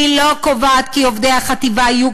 היא לא קובעת כי עובדי החטיבה יהיו